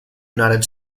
united